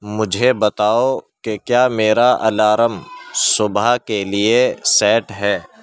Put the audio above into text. مجھے بتاؤ کہ کیا میرا الارم صبح کے لیے سیٹ ہے